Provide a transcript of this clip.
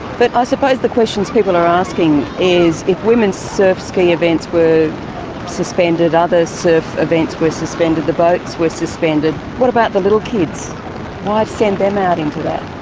but i ah suppose the question people are asking is if women's surf ski events were suspended, other surf events were suspended, the boats were suspended, what about the little kids? why send them out into that?